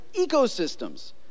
ecosystems